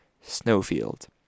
snowfield